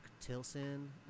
Tilson